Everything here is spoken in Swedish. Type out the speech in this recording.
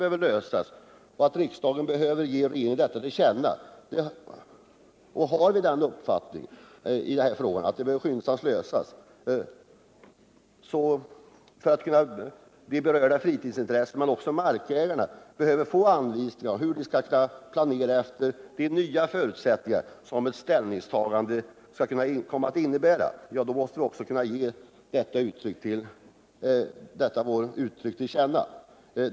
Har vi uppfattningen att den här frågan behöver lösas måste alla som är berörda av fritidsintressena — och det gäller också markägarna — få anvisning om hur de skall planera med tanke på de nya förutsättningar som ett ställningstagande kommer att innebära. Vi måste då också ge vår mening till känna.